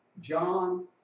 John